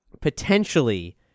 Potentially